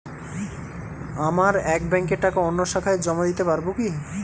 আমার এক ব্যাঙ্কের টাকা অন্য শাখায় জমা দিতে পারব কি?